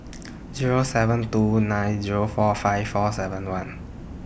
Zero seven two nine Zero four five four seven one